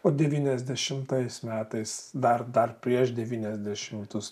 o devyniasdešimtais metais dar dar prieš devyniasdešimtus